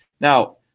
Now